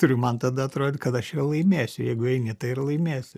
turiu man tada atrodė kad aš ir laimėsiu jeigu eini tai ir laimėsi